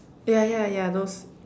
yeah yeah yeah those